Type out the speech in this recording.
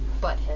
Butthead